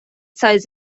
سایز